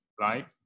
Right